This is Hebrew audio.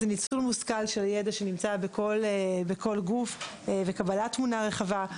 ניצול מושכל של ידע שנמצא בכל גוף וקבלת תמונה רחבה.